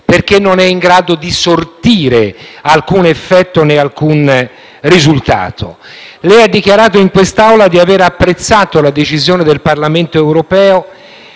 perché non è in grado di sortire alcun effetto né alcun risultato. Lei ha dichiarato in quest'Aula di aver apprezzato la decisione del Parlamento europeo,